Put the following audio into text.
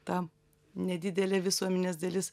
ta nedidelė visuomenės dalis